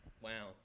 Wow